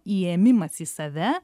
įėmimas į save